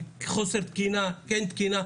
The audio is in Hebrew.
חוסר תקינה, כן תקינה.